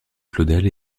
claudel